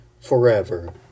forever